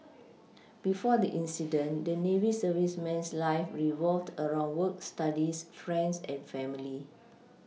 before the incident the Navy serviceman's life revolved around work Studies friends and family